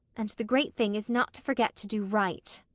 and the great thing is not to forget to do right.